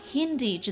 Hindi